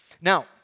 Now